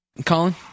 Colin